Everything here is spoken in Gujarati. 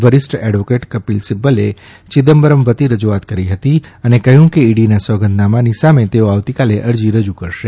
વરિષ્ઠ એડવોકેટ કપિલ સિબ્બલે ચિદમ્બરમ વતી રજૂઆત કરી હતી અને કહ્યું કે ઇડીના સોગંદનામાની સામે તેઓ આવતીકાલે અરજી રજ્ન કરશે